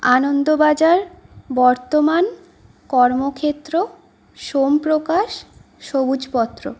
Anandabazar Bartaman Karmakshetra Somprakash Sabujpatra